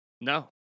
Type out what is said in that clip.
No